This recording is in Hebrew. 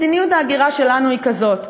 מדיניות ההגירה שלנו היא כזאת,